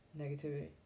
negativity